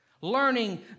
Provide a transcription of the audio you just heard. Learning